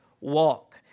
walk